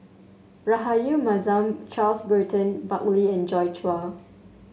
Rahayu Mahzam Charles Burton Buckley and Joi Chua